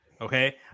Okay